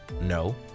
No